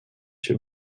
się